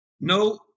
no